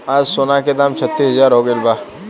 आज सोना के दाम छत्तीस हजार हो गइल बा